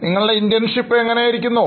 Internship എങ്ങനെ ഇരിക്കുന്നു